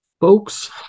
Folks